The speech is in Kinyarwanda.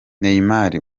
neymar